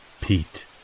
Pete